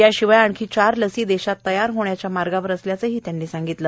याशिवाय आणखी चार लसी देशात तयार होण्याच्या मार्गावर असल्याचेही त्यांनी सांगितले